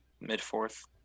Mid-fourth